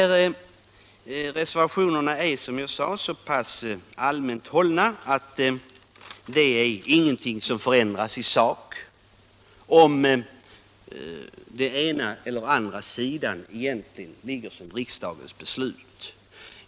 Reservationerna är som jag sade så pass allmänt hållna att ett beslut i enlighet med dessa eller i enlighet med utskottsmajoritetens förslag egentligen inte innebär någon skillnad i sak.